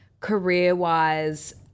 career-wise